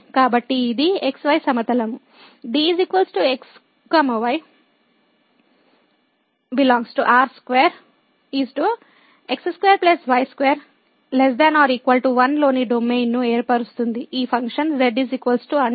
కాబట్టి ఇది xy సమతలము D x y ∈ R2 x2 y2 ≤ 1 లోని డొమైన్ను ఏర్పరుస్తుంది ఈ ఫంక్షన్ z 1 x2 y2మరియు పరిధికి